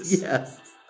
Yes